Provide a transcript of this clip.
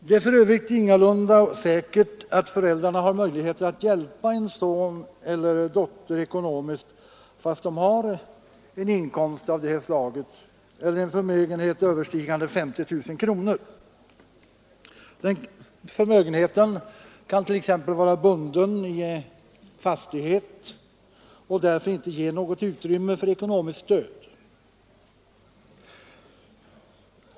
Det är för övrigt ingalunda säkert att föräldrarna har möjligheter att ekonomiskt hjälpa en son eller dotter trots inkomst och en förmögenhet överstigande 50 000 kronor. Förmögenheten kan t.ex. vara låst i en fastighet och därför inte ge utrymme för ekonomiskt stöd.